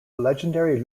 legendary